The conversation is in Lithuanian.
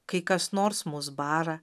kai kas nors mus bara